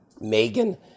Megan